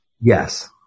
Yes